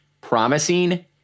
Promising